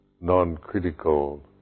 non-critical